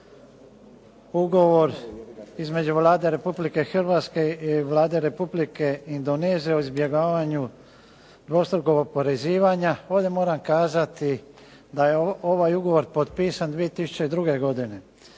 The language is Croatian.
Ugovor između Vlade Republike Hrvatske i Vlade Republike Indonezije o izbjegavanju dvostrukog oporezivanja. Ovdje moram kazati da je ovaj Ugovor potpisan 2002. godine,